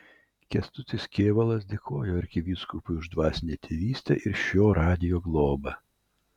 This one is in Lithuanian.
kęstutis kėvalas dėkojo arkivyskupui už dvasinę tėvystę ir šio radijo globą